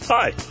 Hi